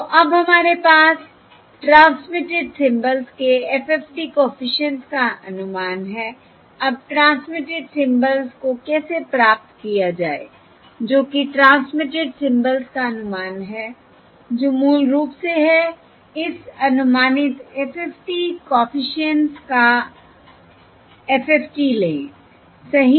तो अब हमारे पास ट्रांसमिटेड सिम्बल्स के FFT कॉफिशिएंट्स का अनुमान है अब ट्रांसमिटेड सिम्बल्स को कैसे प्राप्त किया जाए जो कि ट्रांसमिटेड सिम्बल्स का अनुमान है जो मूल रूप से है इस अनुमानित FFT कॉफिशिएंट्स का IFFT लें सही